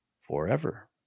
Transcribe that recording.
forever